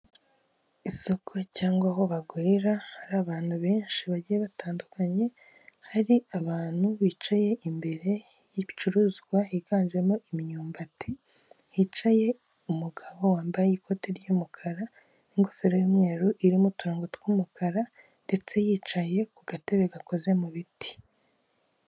Isoko cyangwa aho bagurira hari abantu benshi bagiye batandukanye hari abantu bicaye imbere y'ibicuruzwa higanjemo imyumbati hicaye umugabo wambaye ikote ry'umukara n'ingofero y'umweru irimo uturongogo tw'umukara ndetse yicaye ku gatebe gakoze mu biti.